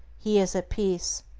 he is at peace.